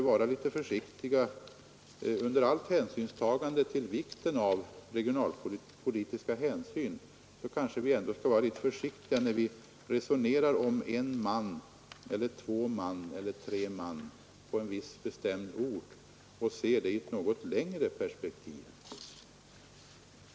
Med all hänsyn tagen till vikten av regionalpolitiska hänsyn skall vi kanske ändå vara litet försiktiga när vi resonerar om en, två eller tre man på en viss bestämd ort och försöka ha ett något längre perspektiv.